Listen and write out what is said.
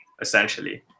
essentially